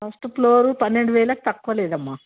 first floor పన్నెండు వేలకు తక్కువ లేదమ్మ